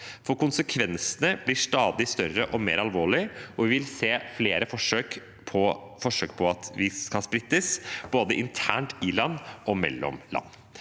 for konsekvensene blir stadig større og mer alvorlige, og vi vil se flere forsøk på å splitte oss, både internt i land og mellom land.